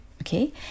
okay